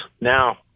now